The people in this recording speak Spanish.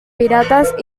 piratas